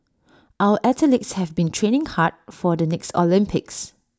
our athletes have been training hard for the next Olympics